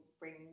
bring